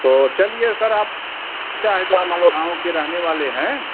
तो चलिए सर आप क्या है तो आप मान लो गाँव के रहने वाले हैं